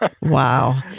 Wow